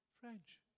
French